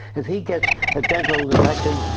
if he gets a dental infection,